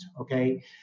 Okay